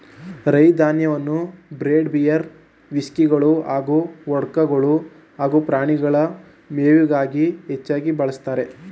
ರೈ ಧಾನ್ಯವನ್ನು bread beer ವಿಸ್ಕಿಗಳು ಹಾಗೂ ವೊಡ್ಕಗಳು ಹಾಗೂ ಪ್ರಾಣಿಗಳ ಮೇವಿಗಾಗಿ ಹೆಚ್ಚಾಗಿ ಬಳಸ್ತಾರೆ